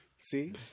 See